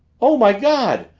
oh, my god!